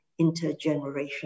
intergenerational